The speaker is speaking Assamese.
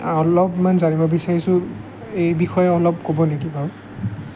অলপমান জানিব বিচাৰিছোঁ এই বিষয়ে অলপ ক'ব নেকি বাৰু